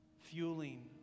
fueling